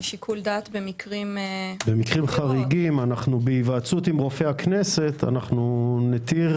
במקרים חריגים בהיוועצות עם רופא הכנסת נתיר